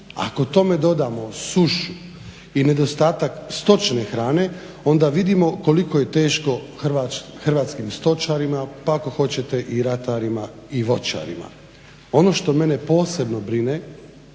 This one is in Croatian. Ako tome dodamo sušu i nedostatak stočne hrane onda vidimo koliko je teško hrvatskim stočarima, pa ako hoćete i ratarima i voćarima. Ono što mene posebno brine,